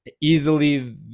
easily